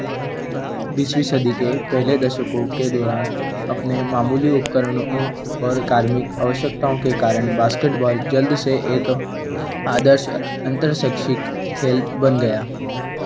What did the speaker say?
बीसवीं सदी के पहले दशकों के दौरान अपने मामूली उपकरणों और कार्मिक आवश्यकताओं के कारण बास्केटबॉल जल्द से एक आदर्श अंतर शैक्षिक खेल बन गया